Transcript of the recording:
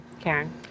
Karen